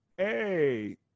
Hey